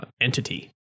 entity